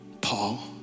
Paul